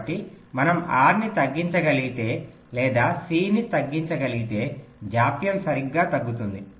కాబట్టి మనం R ని తగ్గించగలిగితే లేదా C ని తగ్గించగలిగితే జాప్యం సరిగ్గా తగ్గుతుంది